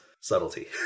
subtlety